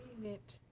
matt